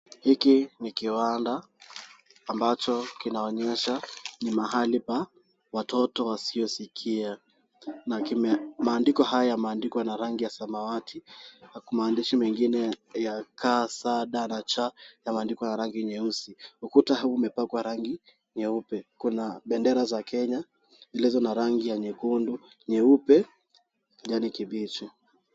Hiki ni kiwanda ambacho kinaonyesha ni mahali pa watoto wasiosikia. Na maandiko haya yameandikwa na rangi ya samawati. Maandishi mengine ya K, S, D, na C yaameandikwa na rangi nyeusi. Ukuta huu umepakwa rangi nyeupe. Kuna bendera za Kenya, zilizo na rangi ya nyekundu, nyeupe, kijani kibichi.